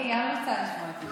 אני רוצה לשמוע גם את ינון.